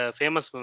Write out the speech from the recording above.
famous